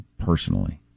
personally